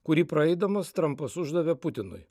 kurį praeidamas trumpas uždavė putinui